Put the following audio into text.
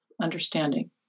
understanding